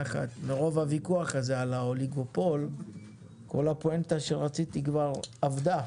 מרוב הוויכוח הזה על האוליגופול כל הפואנטה שרציתי כבר אבדה.